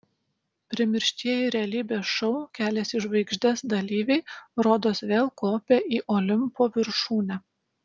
primirštieji realybės šou kelias į žvaigždes dalyviai rodos vėl kopia į olimpo viršūnę